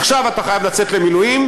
עכשיו אתה חייב לצאת למילואים.